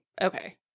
okay